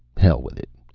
hell with it.